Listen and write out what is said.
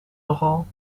nogal